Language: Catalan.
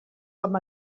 com